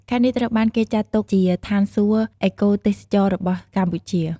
ខេត្តនេះត្រូវបានគេចាត់ទុកជាឋានសួគ៌អេកូទេសចរណ៍របស់កម្ពុជា។